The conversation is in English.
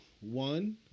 one